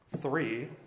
three